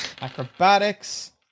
acrobatics